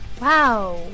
wow